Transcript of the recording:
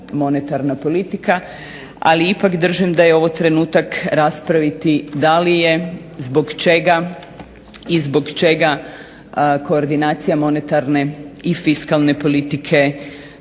monetarna politika ali ipak držim da je ovo trenutak raspraviti da li je, zbog čega i zbog čega koordinacija monetarne i fiskalne politike